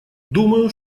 думаю